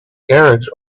carriage